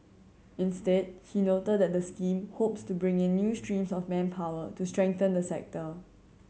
instead he noted that the scheme hopes to bring in new streams of manpower to strengthen the sector